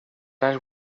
anys